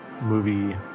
movie